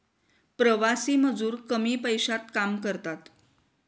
प्रवासी मजूर कमी पैशात काम करतात